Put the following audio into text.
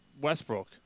Westbrook